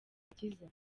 agakiza